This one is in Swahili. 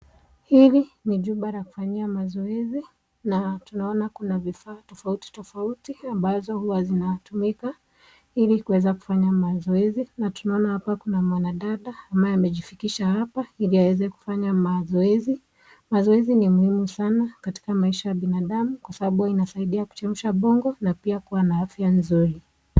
Hili ni chumba la kufanyia mazoezi, na tunaona kuna vifaa tofauti tofauti ambazo huwa zinatumika, hili kuweza kufanya mazoezi, na tunaona hapa kuna mwanadada ambaye amejifikisha hapa ili awezekufanya mazoezi. Mazoezi ni muhimu sana katika maisha ya binadamu, kwa sababu inasaidia kuchemsha bongo na pia kuwa na afya nzuri.